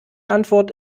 antwort